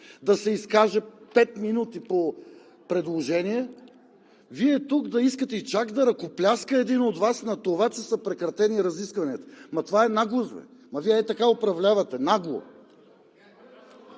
да се изкаже пет минути по предложение, Вие тук да искате и чак да ръкопляска един от Вас на това, че са прекратени разискванията, ама това е наглост бе! Ама Вие ей така управлявате – нагло!